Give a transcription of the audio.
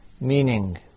meaning